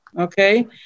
Okay